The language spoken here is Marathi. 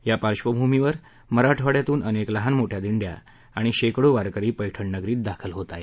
या पार्क्भूमीवर मराठवाड्यातून अनेक लहानमोठ्या दिंड्या आणि शेकडो वारकरी पैठण नगरीत दाखल होत आहेत